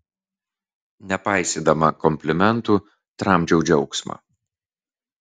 nepaisydama komplimentų tramdžiau džiaugsmą